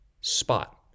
spot